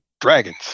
dragons